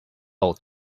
all